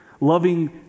loving